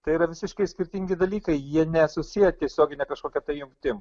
tai yra visiškai skirtingi dalykai jie nesusiję tiesiogine kažkokia tai jungtim